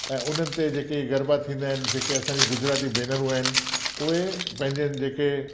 ऐं उन्हनि ते जेके गरबा थींदा आहिनि जेके असांजी गुजराती भेनरूं आहिनि उहे पंहिंजा जेके